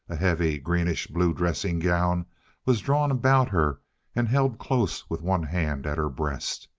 a heavy, greenish-blue dressing gown was drawn about her and held close with one hand at her breast.